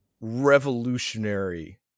revolutionary